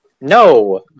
No